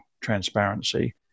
transparency